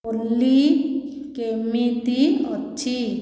ଓଲି କେମିତି ଅଛି